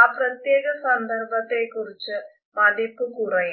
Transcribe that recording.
ആ പ്രത്യേക സന്ദര്ഭത്തെക്കുറിച്ചു മതിപ്പ് കുറയും